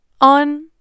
on